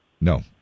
No